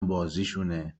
بازیشونه